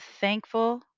thankful